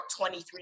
23